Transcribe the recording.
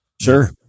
Sure